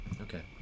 Okay